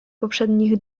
poprzednich